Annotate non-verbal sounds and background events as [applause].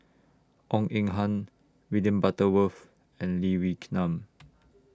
Goh Eng Han William Butterworth and Lee Wee [noise] Nam